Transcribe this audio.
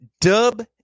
Dub